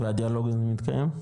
והדיאלוג מתקיים.